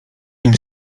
nimi